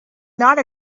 not